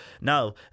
Now